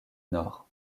nord